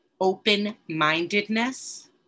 open-mindedness